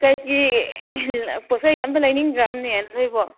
ꯀꯔꯤ ꯀꯔꯤ ꯄꯣꯠꯆꯩꯒ ꯑꯃꯠꯇ ꯂꯩꯅꯤꯡꯗ꯭ꯔꯃꯦ ꯅꯈꯣꯏꯕꯣ